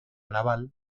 naval